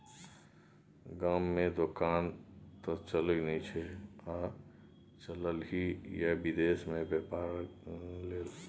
गाममे दोकान त चलय नै छौ आ चललही ये विदेश मे बेपार लेल